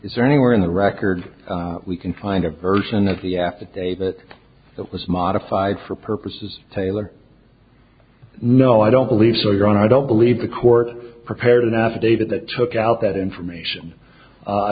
is there anywhere in the record we can find a version of the affidavit that was modified for purposes taylor no i don't believe so your honor i don't believe the court prepared an affidavit that took out that information i